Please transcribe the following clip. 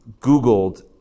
googled